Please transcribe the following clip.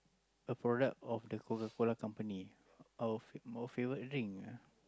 a product of the Coca-Cola Company our fav~ our favorite drink ah